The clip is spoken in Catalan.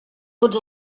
tots